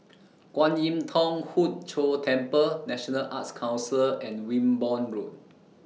Kwan Im Thong Hood Cho Temple National Arts Council and Wimborne Road